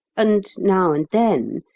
and now and then,